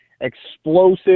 explosive